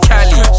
Cali